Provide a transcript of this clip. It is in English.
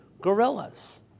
gorillas